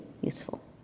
useful